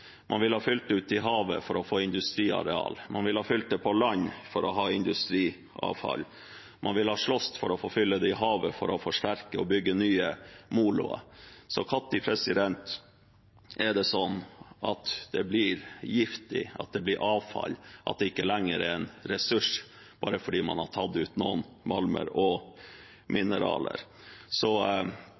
Man ville ha fylt ut i havet for å få industriareal. Man ville ha fylt det på land for å ha industriavfall. Man ville ha slåss for å få fylle det i havet for å forsterke og bygge nye moloer. Så når blir det giftig, at det blir avfall, at det ikke lenger er en ressurs bare fordi man har tatt ut noen malmer og mineraler?